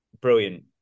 Brilliant